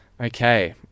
Okay